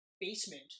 basement